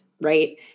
right